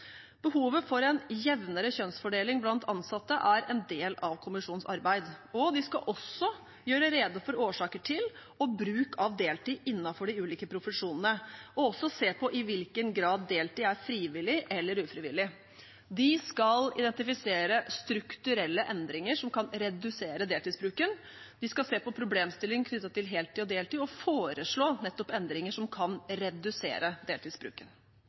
Behovet for en jevnere kjønnsfordeling blant ansatte er en del av kommisjonens arbeid, og de skal også gjøre rede for årsaker til og bruk av deltid innenfor de ulike profesjonene og også se på i hvilken grad deltid er frivillig eller ufrivillig. De skal identifisere strukturelle endringer som kan redusere deltidsbruken. De skal se på problemstilling knyttet til heltid og deltid og foreslå nettopp endringer som kan redusere deltidsbruken.